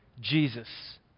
Jesus